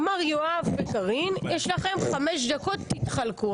אמר יואב וקארין, יש לכם חמש דקות, תתחלקו.